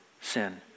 sin